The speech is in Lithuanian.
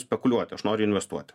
spekuliuoti aš noriu investuoti